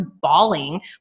bawling